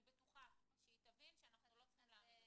אני בטוחה שהיא תבין שאנחנו לא צריכים להעמיד אותם.